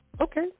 Okay